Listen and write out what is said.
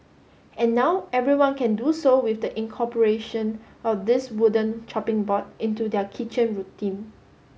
and now everyone can do so with the incorporation of this wooden chopping board into their kitchen routine